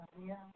Maria